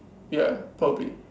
ya probably